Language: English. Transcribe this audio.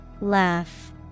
Laugh